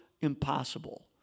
impossible